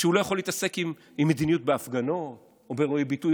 שהוא לא יכול להתעסק עם מדיניות בהפגנות או באירועי ביטוי.